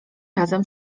razem